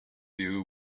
you